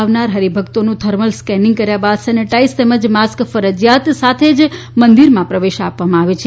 આવનાર હરિભક્તો નું થર્મલ સ્કેનિગ બાદ સેનેટઇજ તેમજ માસ્ક ફરજીયાત સાથે જ મંદિરમાં પ્રવેશ આપવામાં આવે છે